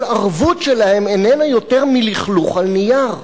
כל ערבות שלהם איננה יותר מלכלוך על נייר.